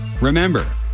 Remember